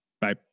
Bye